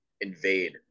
invade